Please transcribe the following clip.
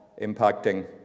impacting